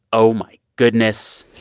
oh, my goodness?